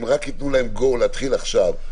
אם רק ייתנו להם להתחיל עכשיו,